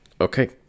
Okay